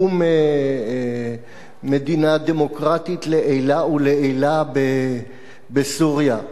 שתקום מדינה דמוקרטית לעילא ולעילא בסוריה,